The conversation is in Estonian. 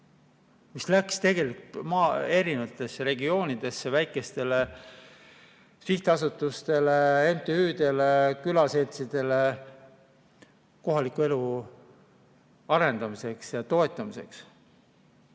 mis läks tegelikult maa erinevatesse regioonidesse, väikestele sihtasutustele, MTÜ‑dele, külaseltsidele kohaliku elu arendamiseks ja toetamiseks.